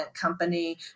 company